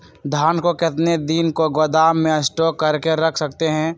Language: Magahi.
धान को कितने दिन को गोदाम में स्टॉक करके रख सकते हैँ?